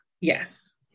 Yes